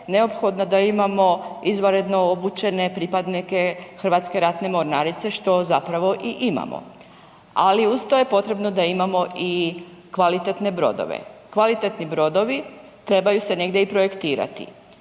neophodno da imamo izvanredno obučene pripadnike Hrvatske ratne mornarice što zapravo i imamo. Ali uz to je potrebno da imamo i kvalitetne brodove. Kvalitetni brodovi trebaju se negdje i projektirati.